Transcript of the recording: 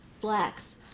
Blacks